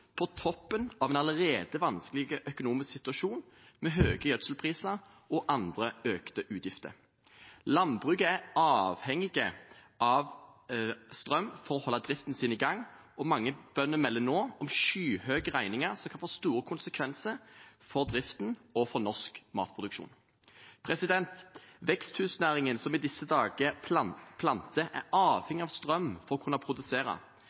på toppen av en allerede vanskelig økonomisk situasjon med høye gjødselpriser og andre økte utgifter. Landbruket er avhengig av strøm for å holde driften sin i gang, og mange bønder melder nå om skyhøye strømregninger som kan få store konsekvenser for driften og for norsk matproduksjon. Veksthusnæringen, som i disse dager planter, er avhengig av strøm for kunne produsere.